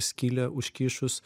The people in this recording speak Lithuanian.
skylę užkišus